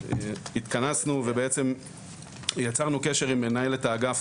התכנסנו ובעצם יצרנו קשר עם מנהלת האגף